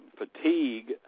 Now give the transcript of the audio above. fatigue